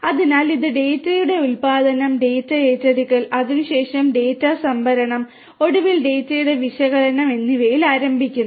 അതിനാൽ ഇത് ഡാറ്റയുടെ ഉത്പാദനം ഡാറ്റ ഏറ്റെടുക്കൽ അതിനുശേഷം ഡാറ്റ സംഭരണം ഒടുവിൽ ഡാറ്റയുടെ വിശകലനം എന്നിവയിൽ ആരംഭിക്കുന്നു